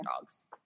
dogs